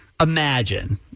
Imagine